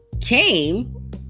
came